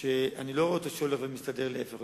ואני לא רואה שהוא הולך ומסתדר, אלא